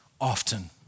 Often